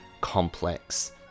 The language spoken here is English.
complex